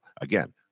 again